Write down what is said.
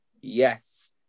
yes